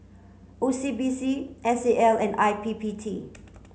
O C B C S A L and I P P T